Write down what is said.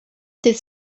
dydd